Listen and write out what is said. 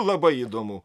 labai įdomu